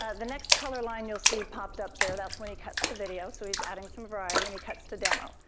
ah the next color line you'll see popped up there, that's when he cuts to video. so he's adding some variety and he cuts to demo.